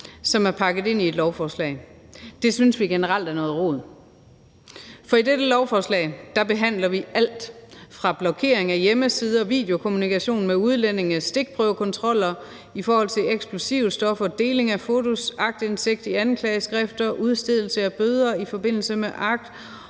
som er pakket ind i ét lovforslag, og det synes vi generelt er noget rod. I dette lovforslag behandler vi alt fra blokering af hjemmesider, videokommunikation med udlændinge, stikprøvekontroller i forhold til eksplosivstoffer, deling af fotos, aktindsigt i anklageskrifter, udstedelse af bøder i forbindelse med